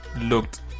looked